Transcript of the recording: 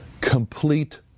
Complete